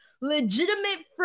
legitimate